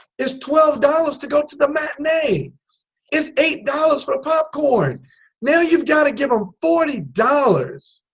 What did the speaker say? it's twelve dollars to go to the matinee it's eight dollars for popcorn now you've got to give them forty dollars